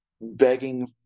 begging